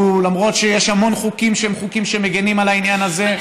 למרות שיש המון חוקים שמגינים על העניין הזה,